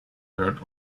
heard